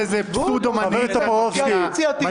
לראות איזה --- אומנים --- מנהיג --- התייעצות סיעתית.